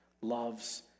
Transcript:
loves